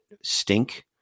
stink